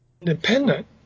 independent